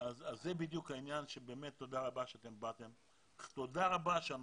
תודה רבה שבאתם.